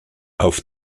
auf